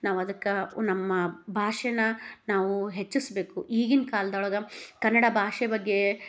ನಾವು ಅದಕ್ಕೆ ನಮ್ಮ ಭಾಷೆನ ನಾವು ಹೆಚ್ಚಿಸಬೇಕು ಈಗಿನ ಕಾಲ್ದೊಳಗೆ ಕನ್ನಡ ಭಾಷೆ ಬಗ್ಗೆ